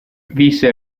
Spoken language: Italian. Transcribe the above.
visse